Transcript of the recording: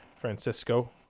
Francisco